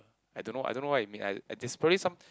I don't know I don't know what it mean I it's probably some